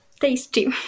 tasty